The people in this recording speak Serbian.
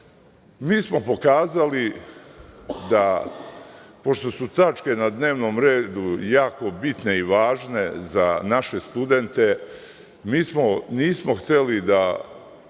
smo pokazali da pošto su tačke na dnevnom redu jako bitne i važne za naše studente mi nismo hteli da,